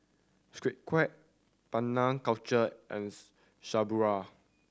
Sunquick Penang Culture and Subaru